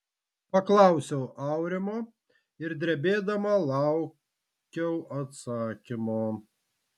paklausiau aurimo ir drebėdama laukiau atsakymo